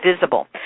visible